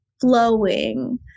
flowing